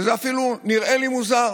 זה אפילו נראה לי מוזר.